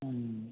हूँ